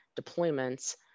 deployments